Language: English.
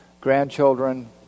grandchildren